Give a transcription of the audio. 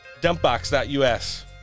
Dumpbox.us